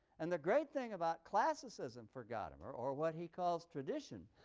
and the great thing about classicism for gadamer, or what he calls tradition,